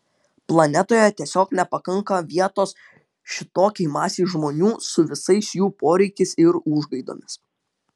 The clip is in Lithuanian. planetoje tiesiog nepakanka vietos šitokiai masei žmonių su visais jų poreikiais ir užgaidomis